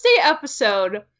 episode